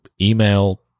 email